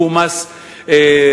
שהוא מס רגרסיבי,